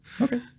okay